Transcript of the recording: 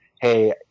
Hey